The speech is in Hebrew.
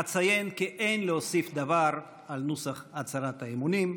אציין כי אין להוסיף דבר על נוסח הצהרת האמונים.